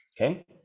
Okay